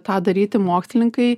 tą daryti mokslininkai